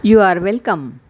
you are welcome